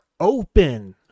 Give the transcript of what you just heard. open